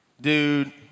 Dude